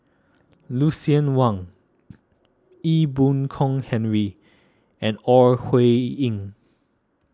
Lucien Wang Ee Boon Kong Henry and Ore Huiying